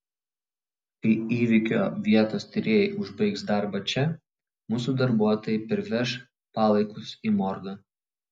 kai įvykio vietos tyrėjai užbaigs darbą čia mūsų darbuotojai perveš palaikus į morgą